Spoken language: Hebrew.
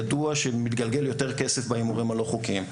ידוע שמתגלגל יותר כסף בהימורים הלא חוקיים.